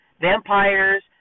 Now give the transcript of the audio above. vampires